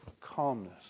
calmness